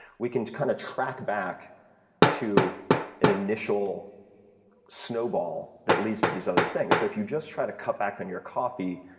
we can kinda kind of track back to an initial snowball that leads to these other things. so if you just try to cut back on your coffee,